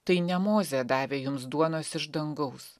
tai ne mozė davė jums duonos iš dangaus